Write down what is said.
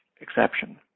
exception